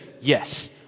yes